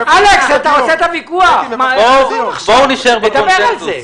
בואו נישאר בקונצנזוס.